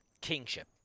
kingship